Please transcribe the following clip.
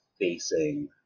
facing